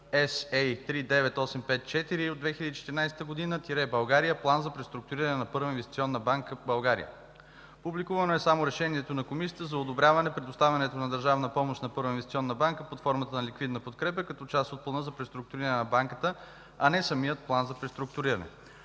SA-39854 от 2014 г. – България, План за преструктуриране на Първа инвестиционна банка в България. Публикувано е само решението на Комисията за одобряване предоставянето на държавна помощ на Първа инвестиционна банка под формата на ликвидна подкрепа, като част от Плана за преструктуриране на Банката, а не самият План за преструктуриране.